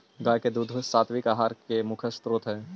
गाय के दूध सात्विक आहार के मुख्य स्रोत हई